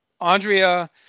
Andrea